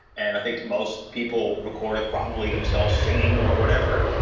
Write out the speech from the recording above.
and i think most people record probably themselves singing or whatever,